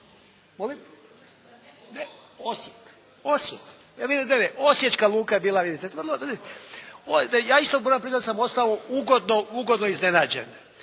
vidite. Osječka luka je bila vidite. Ja isto moram priznati da sam ostao ugodno iznenađen.